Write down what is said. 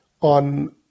On